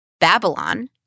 Babylon